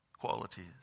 qualities